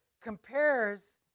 compares